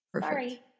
Sorry